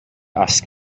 ask